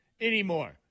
anymore